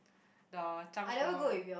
the